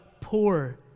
poor